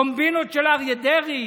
קומבינות של אריה דרעי.